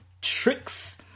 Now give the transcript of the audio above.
tricks